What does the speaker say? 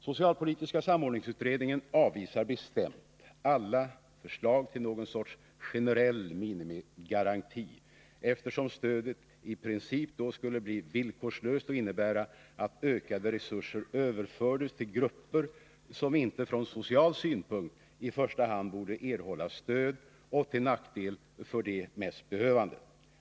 Socialpolitiska samordningsutredningen avvisar bestämt alla förslag till någon sorts generell minimigaranti, eftersom stödet i princip då skulle bli villkorslöst och innebära att ökade resurser överfördes till grupper som inte från social synpunkt i första hand borde erhålla stöd, till nackdel för de mest behövande.